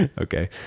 okay